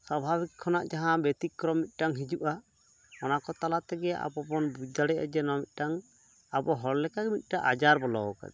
ᱥᱟᱵᱷᱟᱵᱤᱠ ᱠᱷᱚᱱᱟᱜ ᱡᱟᱦᱟᱸ ᱵᱮᱛᱤᱠᱠᱨᱚᱢ ᱢᱤᱫᱴᱟᱝ ᱦᱤᱡᱩᱜᱼᱟ ᱚᱱᱟ ᱠᱚ ᱛᱟᱞᱟ ᱛᱮᱜᱮ ᱟᱵᱚ ᱵᱚᱱ ᱵᱩᱡ ᱫᱟᱲᱮᱭᱟᱜᱼᱟ ᱡᱮ ᱱᱚᱣᱟ ᱢᱤᱫᱴᱟᱝ ᱟᱵᱚ ᱦᱚᱲ ᱞᱮᱠᱟᱜᱮ ᱢᱤᱫᱴᱟᱝ ᱟᱡᱟᱨ ᱵᱚᱞᱚᱣᱟᱠᱟᱫᱮᱭᱟ